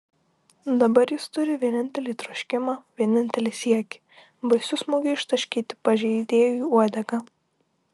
dabar jis turi vienintelį troškimą vienintelį siekį baisiu smūgiu ištaškyti pažeidėjui uodegą